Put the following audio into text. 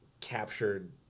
captured